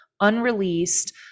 unreleased